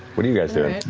what are you guys doing?